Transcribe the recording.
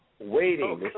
waiting